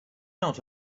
out